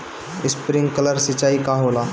Sprinkler सिंचाई का होला?